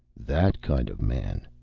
that kind of man.